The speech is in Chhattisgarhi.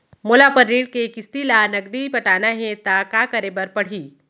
मोला अपन ऋण के किसती ला नगदी पटाना हे ता का करे पड़ही?